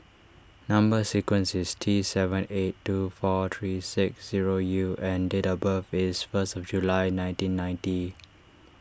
Number Sequence is T seven eight two four three six zero U and date of birth is first of July nineteen ninety